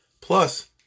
plus